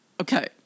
okay